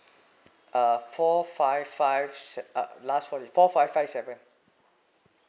uh four five five se~ uh last four digit four five five seven